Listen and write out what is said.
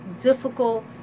difficult